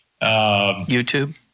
youtube